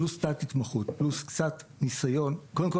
פלוס תת התמחות פלוס קצת ניסיון קודם כל,